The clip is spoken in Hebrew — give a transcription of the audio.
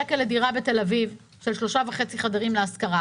מדברים על 10 אלפים שקל לדירה בתל אביב של שלושה וחצי חדרים להשכרה